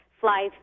flies